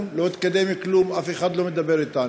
לא קרה כלום, לא התקדם כלום, אף אחד לא מדבר אתנו.